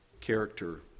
character